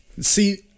See